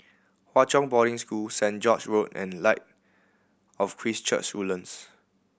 Hwa Chong Boarding School Saint George's Road and Light of Christ Church Woodlands